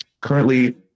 currently